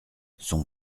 son